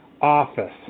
office